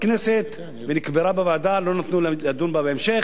בכנסת ונקברה בוועדה, ולא נתנו לדון בה בהמשך.